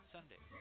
Sunday